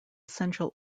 essential